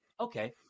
okay